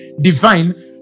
divine